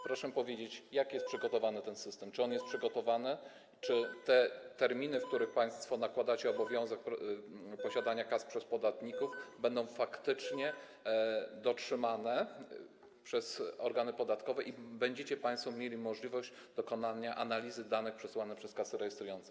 Proszę powiedzieć, jak jest przygotowany ten system, czy on jest przygotowany, czy te terminy, w przypadku których nakładacie państwo obowiązek posiadania kas przez podatników, będą faktycznie dotrzymane przez organy podatkowe i czy będziecie państwo mieli możliwość dokonania analizy danych przesłanych przez kasy rejestrujące.